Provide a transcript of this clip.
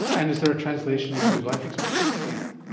and is there a translation to life expectancy here?